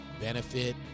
benefit